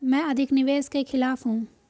मैं अधिक निवेश के खिलाफ हूँ